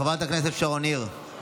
חברת הכנסת שרון ניר,